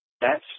thats